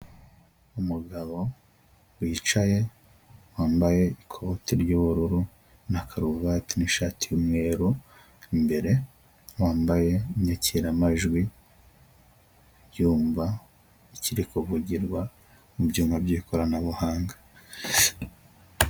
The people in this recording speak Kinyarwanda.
Umugabo wicaye, wambaye ikote ry'ubururu na karuvati n'ishati y'umweru, imbere wambaye inyakiramajwi yumva ikiri kuvugirwa mu byuma by'ikoranabuhanga.